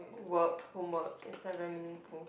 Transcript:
work homework is that very meaningful